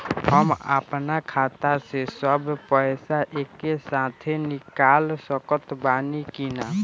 हम आपन खाता से सब पैसा एके साथे निकाल सकत बानी की ना?